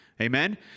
Amen